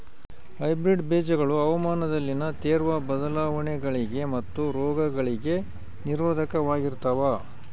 hybrid ಬೇಜಗಳು ಹವಾಮಾನದಲ್ಲಿನ ತೇವ್ರ ಬದಲಾವಣೆಗಳಿಗೆ ಮತ್ತು ರೋಗಗಳಿಗೆ ನಿರೋಧಕವಾಗಿರ್ತವ